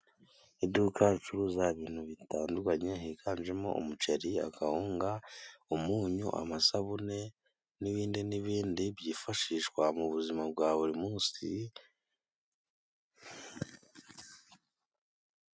Iduka ricuruza ibintu bitandukanye higanjemo umuceri, akawunga, umunyu, amasabune n'ibindi n'ibindi byifashishwa mu buzima bwa buri munsi.